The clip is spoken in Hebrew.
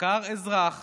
שדקר אזרח